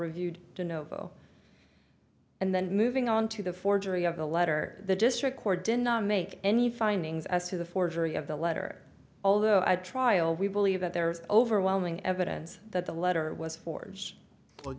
reviewed and then moving on to the forgery of the letter the district court did not make any findings as to the forgery of the letter although i trial we believe that there is overwhelming evidence that the letter was forge